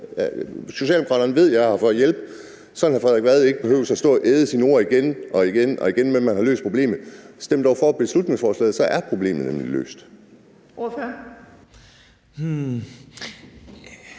Socialdemokraterne ved, at jeg er her for at hjælpe, sådan at hr. Frederik Vad ikke behøver stå at æde sine ord om, at man har løst problemet, igen og igen. Stem dog for beslutningsforslaget. Så er problemet nemlig løst.